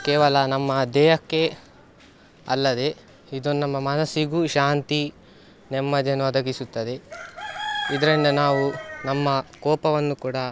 ಕೇವಲ ನಮ್ಮ ದೇಹಕ್ಕೆ ಅಲ್ಲದೆ ಇದು ನಮ್ಮ ಮನಸ್ಸಿಗೂ ಶಾಂತಿ ನೆಮ್ಮದಿಯನ್ನು ಒದಗಿಸುತ್ತದೆ ಇದರಿಂದ ನಾವು ನಮ್ಮ ಕೋಪವನ್ನು ಕೂಡ